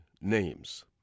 names